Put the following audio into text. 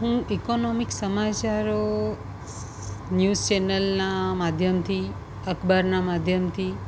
હું ઇકોનોમિક્સ સમાચારો ન્યૂઝ ચેનલનાં માધ્યમથી અખબારનાં માધ્યમથી